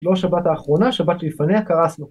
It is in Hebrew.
‫לא שבת האחרונה, ‫שבת לפניה קרסנו.